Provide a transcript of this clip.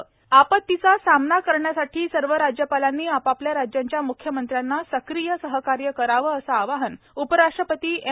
उपराष्ट्रपती आपतीचा सामना करण्यासाठी सर्व राज्यपालांनी आपापल्या राज्यांच्या मुख्यमंत्र्यांना सक्रीय सहकार्य करावं असं आवाहन उपराष्ट्रपती एम